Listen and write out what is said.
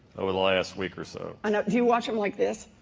over the last week or so. i know do you watch them like this